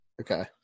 Okay